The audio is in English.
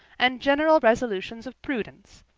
and general resolutions of prudence,